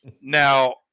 now